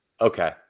Okay